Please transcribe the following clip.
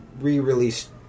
re-released